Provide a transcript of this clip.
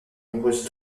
nombreuses